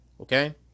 Okay